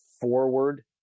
forward